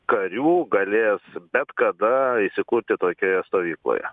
karių galės bet kada įsikurti tokioje stovykloje